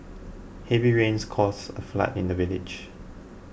heavy rains caused a flood in the village